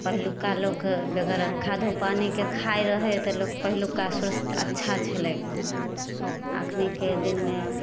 पहिलुका लोक बेगैर खादो पानिके खाइ रहै तऽ लोक पहिलुका स्वरस्त अच्छा छलै कऽ अखनीके दिनमे